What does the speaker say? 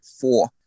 four